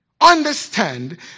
understand